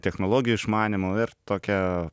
technologijų išmanymo ir tokia